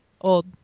old